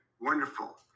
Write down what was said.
wonderful